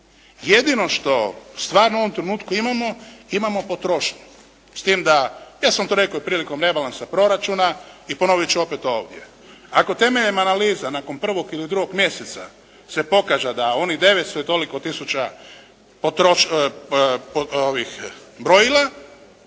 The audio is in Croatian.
Jedino što stvarno u ovom trenutku imamo imamo potrošnju s tim da, ja sam to rekao i prilikom rebalansa proračuna i ponovit ću opet to ovdje. Ako temeljem analiza nakon prvog ili drugog mjeseca se pokaže da onih 900 i toliko tisuća brojila